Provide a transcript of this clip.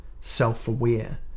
self-aware